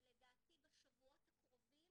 ולדעתי בשבועות הקרובים,